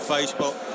Facebook